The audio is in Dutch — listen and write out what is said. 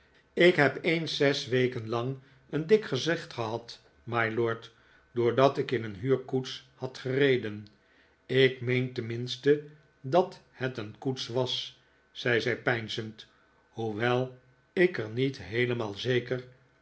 ik heb eens zes weken lang een dik gezicht gehad mylord doordat ik in een huurkoets had gereden ik meen tenminste dat het een koets was zei zij peinzend hoewel ik er niet heelemaal zeker